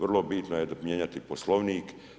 Vrlo bitno je mijenjati Poslovnik.